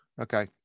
okay